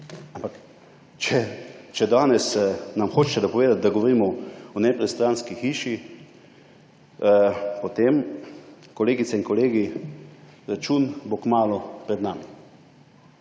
Ampak če nam danes hočete dopovedati, da govorimo o nepristranski hiši, potem, kolegice in kolegi, račun bo kmalu pred nami.